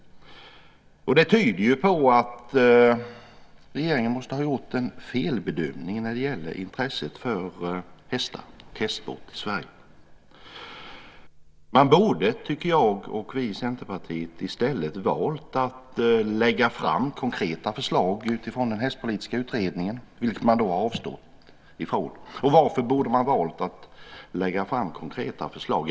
Det tyder på att regeringen måste ha gjort en felbedömning när det gäller intresset för hästar och hästsport i Sverige. Man borde, tycker jag och vi i Centerpartiet, i stället ha valt att lägga fram konkreta förslag utifrån den hästpolitiska utredningen, vilket man avstår ifrån. Och varför borde man ha valt att lägga fram konkreta förslag?